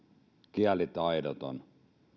kielitaidoton